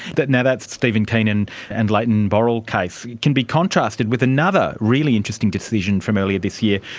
that and that stephen keenan and leighton boral case can be contrasted with another really interesting decision from earlier this year,